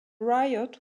riot